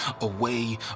away